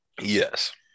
Yes